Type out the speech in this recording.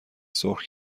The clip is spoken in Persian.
سرخ